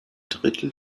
drittel